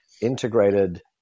integrated